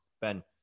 Ben